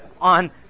on